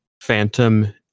Phantom